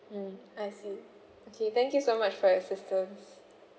mm I see okay thank you so much for your assistance